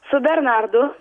su bernardu